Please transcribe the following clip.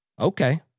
Okay